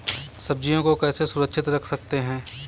सब्जियों को कैसे सुरक्षित रख सकते हैं?